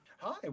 Hi